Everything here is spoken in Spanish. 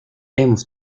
hemos